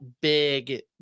big